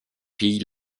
pillent